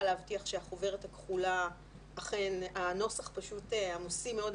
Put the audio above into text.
להבטיח שהחוברת הכחולה אכן הנוסח עמוסים מאוד,